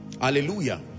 hallelujah